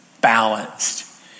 balanced